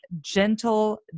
gentle